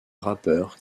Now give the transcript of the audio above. rappeur